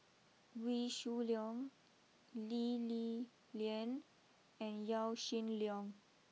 Wee Shoo Leong Lee Li Lian and Yaw Shin Leong